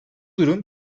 durum